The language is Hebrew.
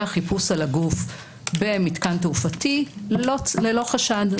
חיפוש על הגוף במתקן תעופתי - ללא חשד.